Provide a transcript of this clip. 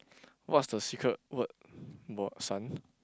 what's the secret word about sun